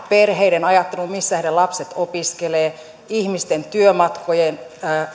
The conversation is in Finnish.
perheiden ajatteluun missä heidän lapsensa opiskelevat ihmisten työmatkojen